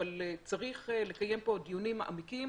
אבל צריך לקיים פה דיונים מעמיקים